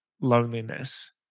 loneliness